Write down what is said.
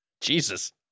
jesus